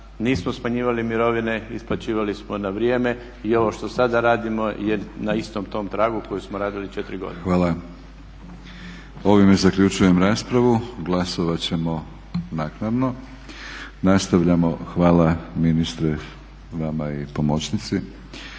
Nismo smanjivali mirovine, isplaćivali smo na vrijeme i ovo što sada radimo je na istom tom tragu na kojem smo radili 4 godine. **Batinić, Milorad (HNS)** Hvala. Ovime zaključujem raspravu. Glasovat ćemo naknadno. Nastavljamo, hvala ministre vama i pomoćnici.